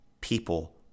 people